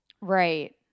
Right